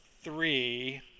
three